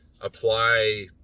apply